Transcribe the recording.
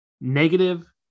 negative